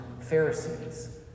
Pharisees